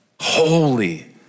holy